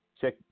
check